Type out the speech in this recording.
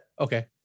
Okay